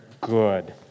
good